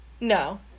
No